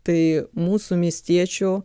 tai mūsų miestiečių